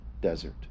desert